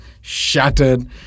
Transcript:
shattered